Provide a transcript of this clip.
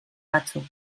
batzuk